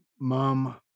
mom